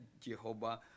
Jehovah